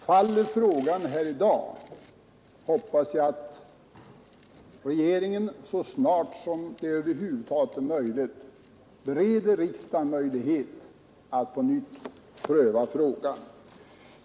Faller frågan här i dag, hoppas jag att regeringen så snart som det över huvud taget är möjligt bereder riksdagen möjlighet att på nytt pröva frågan.